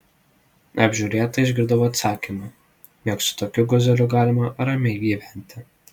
apžiūrėta išgirdau atsakymą jog su tokiu guzeliu galima ramiai gyventi